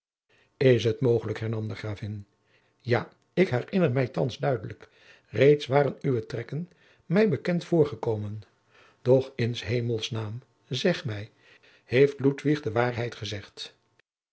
is het mogelijk hernam de gravin ja ik herinner mij thands duidelijk reeds waren uwe trekken mij bekend voorgekomen doch in s hemels naam zeg mij heeft ludwig de waarheid gezegd